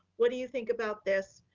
what do you think about this?